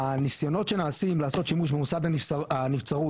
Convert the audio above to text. שהניסיונות שנעשים לעשות שימוש במוסד הנבצרות